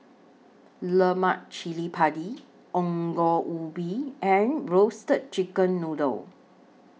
Lemak Cili Padi Ongol Ubi and Roasted Chicken Noodle